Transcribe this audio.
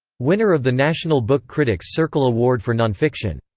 winner of the national book critics circle award for nonfiction.